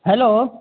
hello